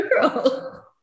girl